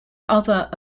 other